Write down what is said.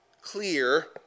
clear